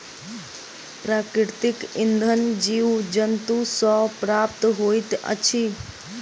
प्राकृतिक इंधन जीव जन्तु सॅ प्राप्त होइत अछि